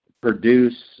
produce